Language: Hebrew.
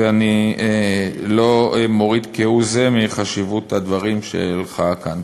ואני לא מוריד כהוא-זה מחשיבות הדברים שלך כאן.